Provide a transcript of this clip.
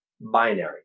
binary